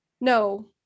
No